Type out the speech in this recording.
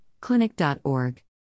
clinic.org